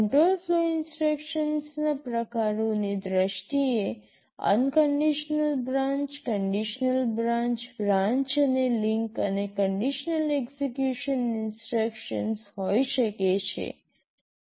control flow ઇન્સટ્રક્શન્સના પ્રકારોની દ્રષ્ટિએ unconditional branch conditional branch branch અને link unconditional branch conditional branch branch and link અને કન્ડિશનલ એક્સેકયુશન ઇન્સટ્રક્શન્સ હોઈ શકે છે